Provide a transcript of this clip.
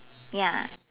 ya